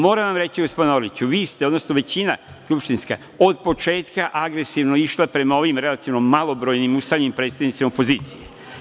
Moram vam reći, gospodine Orliću, vi ste, odnosno skupštinska većina od početka agresivno išli prema ovim relativno malobrojnim ustaljenim predstavnicima opozicije.